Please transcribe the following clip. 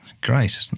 Great